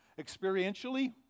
experientially